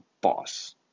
boss